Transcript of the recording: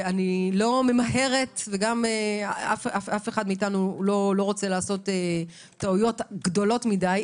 אני לא ממהרת ואף אחד מאתנו לא רוצה לעשות טעויות גדולות מדי,